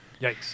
Yikes